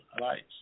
right